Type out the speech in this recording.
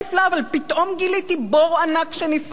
אבל פתאום גיליתי בור ענק שנפער.